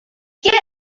get